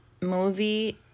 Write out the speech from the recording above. movie